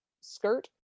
skirt